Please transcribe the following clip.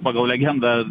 pagal legendą